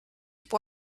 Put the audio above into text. può